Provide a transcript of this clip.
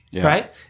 Right